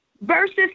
versus